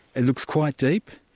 it looks quite deep,